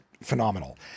Phenomenal